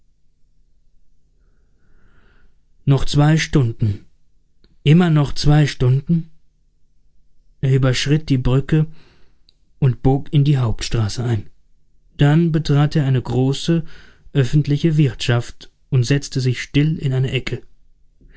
noch zwei stunden immer noch zwei stunden er überschritt die brücke und bog in die hauptstraße ein dann betrat er eine große öffentliche wirtschaft und setzte sich still in eine ecke